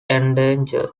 endangered